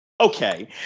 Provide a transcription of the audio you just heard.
okay